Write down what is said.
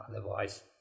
Otherwise